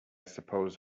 suppose